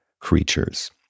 creatures